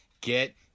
get